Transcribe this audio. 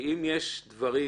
אם יש דברים